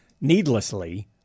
needlessly